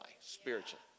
spiritually